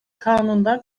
kanundan